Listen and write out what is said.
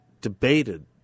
debated